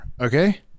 okay